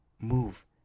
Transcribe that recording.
move